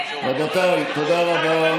רבותיי, תודה רבה.